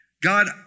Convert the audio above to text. God